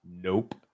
nope